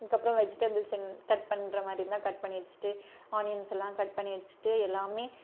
அதுக்கப்புறம் vegetables cut பண்ணுற மாதிரி இருந்தால் கட் பண்ணி வச்சுட்டு ஆனியன்செல்லாம் கட் பண்ணி வச்சுட்டு எல்லாமே